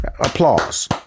Applause